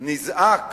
נזעק